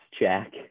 Jack